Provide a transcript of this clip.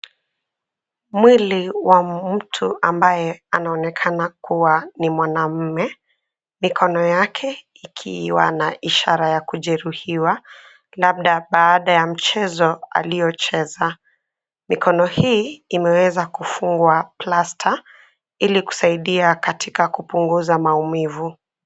Mwili wa mtu ambaye anaonekana kuwa ni mwanaume. Mikono yake ikiwa na ishara ya kujeruhiwa, labda baada ya mchezo aliocheza. Mikono hii imeweza kufungwa plaster ili kusaidia katika kupunguza maumivu.